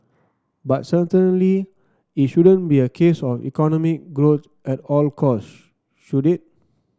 but certainly it shouldn't be a case of economic growth at all costs should it